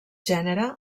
gènere